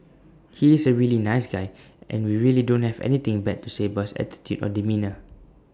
he is A really nice guy and we really don't have anything bad to say about his attitude or demeanour